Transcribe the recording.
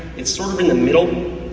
it's sort of in the middle,